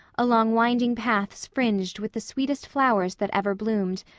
along winding paths fringed with the sweetest flowers that ever bloomed,